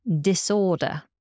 disorder